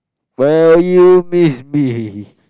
will you miss me